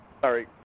Sorry